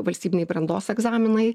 valstybiniai brandos egzaminai